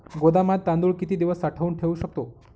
गोदामात तांदूळ किती दिवस साठवून ठेवू शकतो?